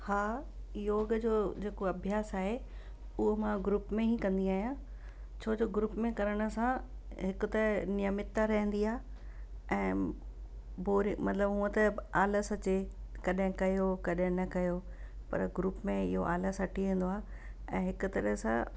हा योग जो जेको अभ्यास आहे उहो मां ग्रुप में ई कंदी आहियां छो जो ग्रुप में करण सां हिकु त नियमिता रहंदी आहे ऐं बोरे मतिलबु उहा त आलस अचे कॾहिं कयो कॾहिं न कयो पर ग्रुप में इहो आलस हटी वेंदो आहे ऐं हिकु तरह सां